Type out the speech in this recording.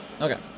Okay